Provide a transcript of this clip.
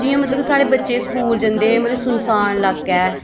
जि'यां मतलब की साढ़े बच्चे स्कूल जंदे मतलब सुनसान लाका ऐ